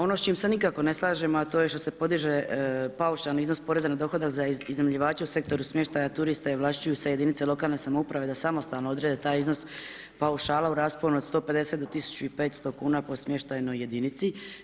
Ono s čim se nikako ne slažemo, a to je što se podiže paušalni iznos poreza na dohodak za iznajmljivače u sektoru smještaja turista i ovlašćuju se jedinice lokalne samouprave da samostalno odrede taj iznos paušala u rasponu od 150 do 1500 kuna po smještajnoj jedinici.